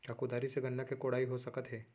का कुदारी से गन्ना के कोड़ाई हो सकत हे?